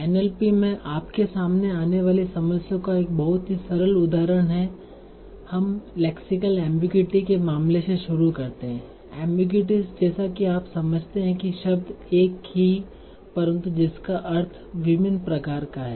NLP में आपके सामने आने वाली समस्याओं का एक बहुत ही सरल उदहारण लेते है हम लेक्सिकल एमबीगुइटीस के मामले से शुरू करते हैं एमबीगुइटीस जैसा कि आप समझते हैं कि शब्द एक ही परन्तु जिसका अर्थ विभिन्न प्रकार का है